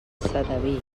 sedaví